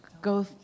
go